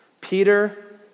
Peter